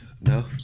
no